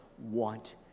want